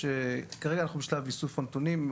כרגע אנחנו בשלב איסוף הנתונים.